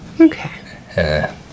okay